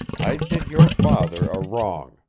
i did your father a wrong,